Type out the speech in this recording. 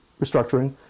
restructuring